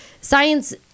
science